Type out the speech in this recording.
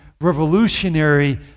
revolutionary